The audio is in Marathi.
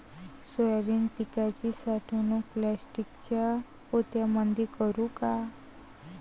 सोयाबीन पिकाची साठवणूक प्लास्टिकच्या पोत्यामंदी करू का?